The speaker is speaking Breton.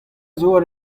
zour